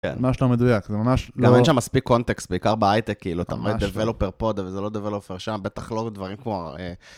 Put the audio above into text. זה ממש לא מדויק, זה ממש לא... גם אין שם מספיק קונטקסט, בעיקר בהייטק, כאילו, אתה... developer פה, וזה לא, developer שם, בטח לא דברים כמו...